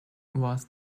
was